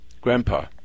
grandpa